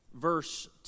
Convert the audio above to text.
verse